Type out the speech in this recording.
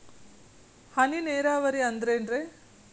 ಹನಿ ನೇರಾವರಿ ಅಂದ್ರೇನ್ರೇ?